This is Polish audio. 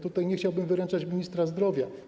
Tutaj nie chciałbym wyręczać ministra zdrowia.